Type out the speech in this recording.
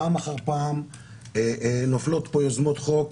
פעם אחר פעם נופלות פה יוזמות חוק,